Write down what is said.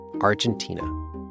Argentina